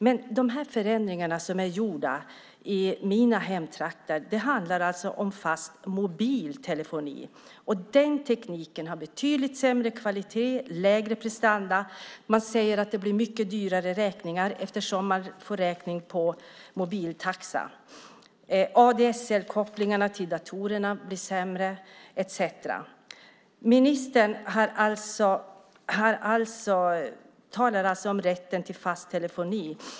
Men de förändringar som är gjorda i mina hemtrakter handlar om fast mobil telefoni. Den tekniken har betydligt sämre kvalitet och lägre prestanda. Man säger att det blir mycket större räkningar eftersom man får räkning enligt mobiltaxa. ADSL-kopplingarna till datorerna blir sämre etcetera. Ministern talar om rätten till fast telefoni.